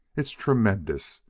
it's tremendous!